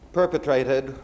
perpetrated